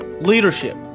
leadership